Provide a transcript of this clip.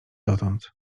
dotąd